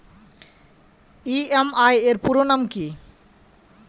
EMI এর পুরোনাম কী?